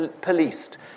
policed